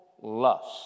lust